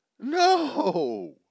No